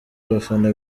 abafana